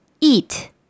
Eat